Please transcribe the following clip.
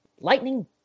Lightning